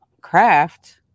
craft